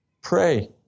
pray